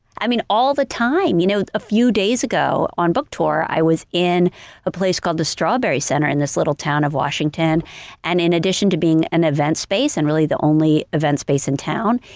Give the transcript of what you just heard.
i mean, all the time, you know a few days ago on book tour, i was in a place called the strawberry center in this little town of washington and in addition to being an event space and really the only event space in town,